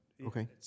Okay